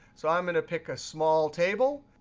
so i'm going to pick a small table.